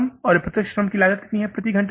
प्रत्यक्ष श्रम और प्रत्यक्ष श्रम लागत कितनी है